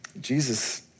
Jesus